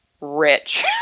rich